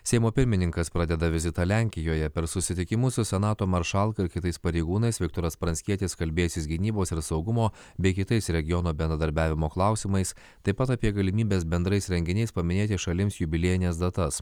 seimo pirmininkas pradeda vizitą lenkijoje per susitikimus su senato maršalka ir kitais pareigūnais viktoras pranckietis kalbėsis gynybos ir saugumo bei kitais regiono bendradarbiavimo klausimais taip pat apie galimybes bendrais renginiais paminėti šalims jubiliejines datas